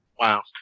Wow